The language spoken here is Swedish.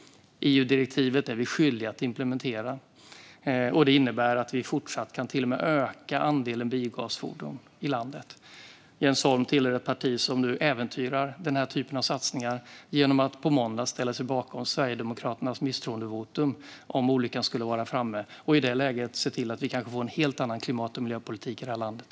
EU-direktivet är vi skyldiga att implementera, och det innebär att vi fortsatt till och med kan öka andelen biogasfordon i landet. Jens Holm tillhör ett parti som nu äventyrar den här typen av satsningar genom att på måndag ställa sig bakom Sverigedemokraternas misstroendevotum och i det läget kanske, om olyckan skulle vara framme, se till att vi får en helt annan klimat och miljöpolitik i det här landet.